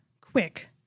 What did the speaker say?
Quick